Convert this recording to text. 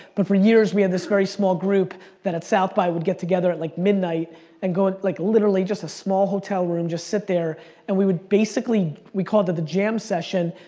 but for years we had this very small group that at south-by would get together at like midnight and go in like literally just a small hotel room, just sit there and we would basically, we called it the jam session,